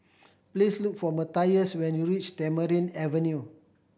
please look for Matthias when you reach Tamarind Avenue